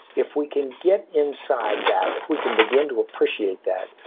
if we can get inside that, if we can begin to appreciate that,